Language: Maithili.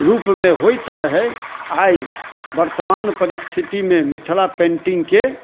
रूप मे होयत रहय आइ वर्तमान परिस्थितिमे मिथिला पेंटिंगके